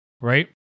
right